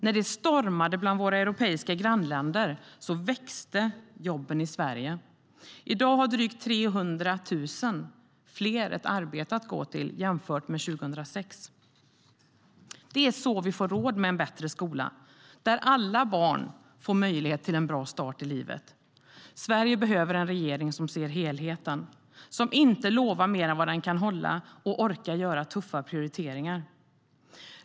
När det stormade bland våra europeiska grannländer växte jobben i Sverige. I dag har drygt 300 000 fler ett arbete att gå till jämfört med 2006. Det är så vi får råd med en bättre skola där alla barn får möjlighet till en bra start i livet. Sverige behöver en regering som ser helheten, som inte lovar mer än vad den kan hålla och orkar göra tuffa prioriteringar.